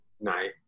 night